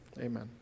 Amen